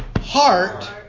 heart